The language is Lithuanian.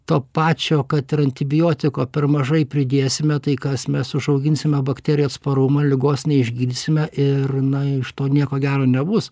to pačio kad ir antibiotiko per mažai pridėsime tai kas mes užauginsime bakterijų atsparumą ligos neišgydysime ir na iš to nieko gero nebus